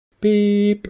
Beep